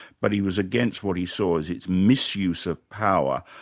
but he was against what he saw as its misuse of power.